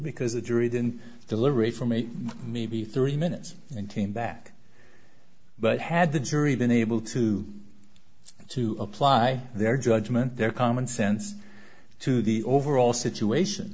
because the jury didn't deliberate from eight maybe three minutes and team back but had the jury been able to to apply their judgment their common sense to the overall situation